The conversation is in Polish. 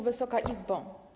Wysoka Izbo!